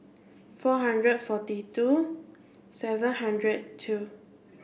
four hundred forty two seven hundred two